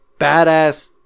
badass